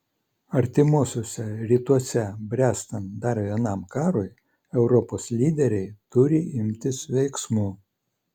artimuosiuose rytuose bręstant dar vienam karui europos lyderiai turi imtis veiksmų